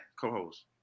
co-host